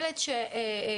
לדוגמה,